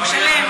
הוא שלם.